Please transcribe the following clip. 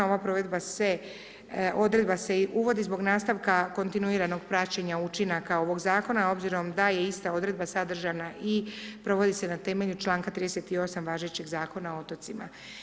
Ova odredba se i uvodi zbog nastavka kontinuiranog praćenja učinaka ovog zakona obzirom da je ista odredba sadržana i provodi se na temelju članka 38. važećeg Zakona o otocima.